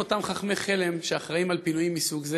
אותם חכמי חלם שאחראים לפינויים מסוג זה,